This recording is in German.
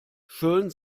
schön